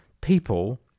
people